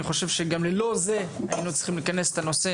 אני חושב שגם ללא זה היינו צריכים לכנס את הנושא.